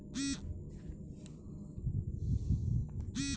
senior citizen savings স্কিমের সুদের হার কী আমাকে দয়া করে বলুন